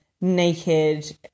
naked